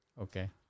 Okay